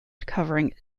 covering